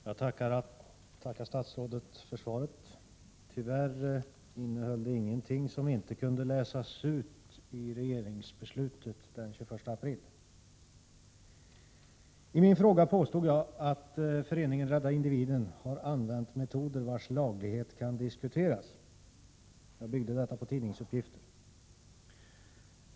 Fru talman! Jag tackar statsrådet för svaret. Tyvärr innehöll det ingenting som inte kunde läsas i regeringsbeslutet den 21 april. I min fråga påstod jag att Föreningen Rädda individen har använt metoder vilkas laglighet kan diskuteras. Jag byggde detta på tidningsuppgifter.